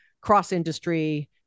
cross-industry